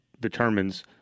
determines